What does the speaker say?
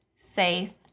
safe